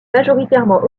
majoritairement